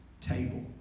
table